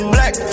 Black